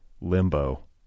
limbo